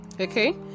Okay